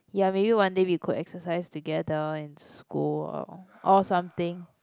ya maybe one day we could exercise together in school or or something